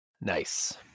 nice